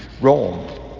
Rome